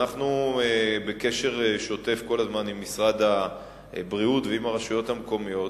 אנחנו בקשר שוטף כל הזמן עם משרד הבריאות ועם הרשויות המקומיות